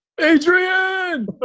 Adrian